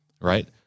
right